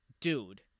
Dude